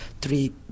three